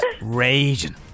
raging